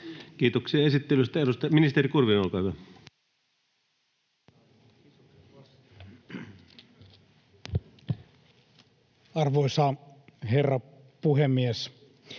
Kiitoksia esittelystä. — Ministeri Kurvinen, olkaa hyvä. [Speech 19] Speaker: